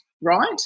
right